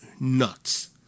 nuts